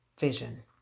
vision